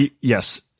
yes